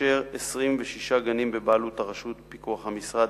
ו-26 גנים הם בבעלות הרשות בפיקוח המשרד.